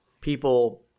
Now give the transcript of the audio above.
people